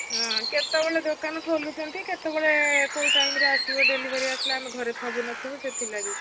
ହଁ କେତେବେଳେ ଦୋକାନ ଖୋଲୁଛନ୍ତି କେତେବେଳେ କେଉଁ ଟାଇମ୍ରେ ଆସିବ ଡେଲିଭରି ଆସିଲେ ଆମେ ଘରେ ଥିବୁ ନଥିବୁ ସେଥିଲାଗି